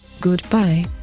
Goodbye